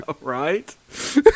Right